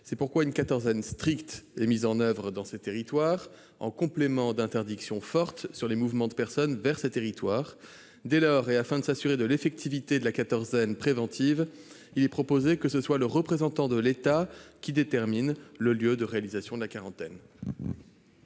C'est pourquoi une quatorzaine stricte est mise en oeuvre dans ces territoires en complément d'interdiction forte sur les mouvements de personnes vers ces territoires. Dès lors, et afin de s'assurer de l'effectivité de la quatorzaine préventive, il est proposé que ce soit le représentant de l'État qui détermine le lieu de réalisation de la quarantaine.